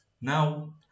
Now